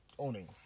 Owning